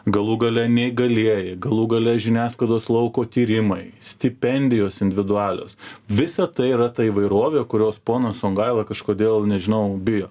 galų gale neįgalieji galų gale žiniasklaidos lauko tyrimai stipendijos individualios visa tai yra ta įvairovė kurios ponas songaila kažkodėl nežinau bijo